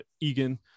Egan